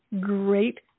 great